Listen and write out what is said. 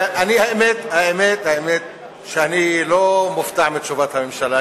האמת, האמת היא שאני לא מופתע מתשובת הממשלה.